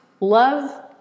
Love